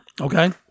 Okay